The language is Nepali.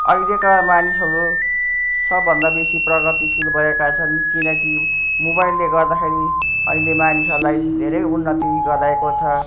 अहिलेका मानिसहरू सबभन्दा बेसी प्रगतिशील भएका छन् किनकि मोबाइलले गर्दाखेरि अहिले मानिसहरूलाई धेरै उन्नति गराएको छ